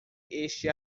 este